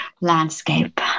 landscape